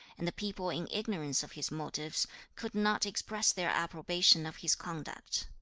and the people in ignorance of his motives could not express their approbation of his conduct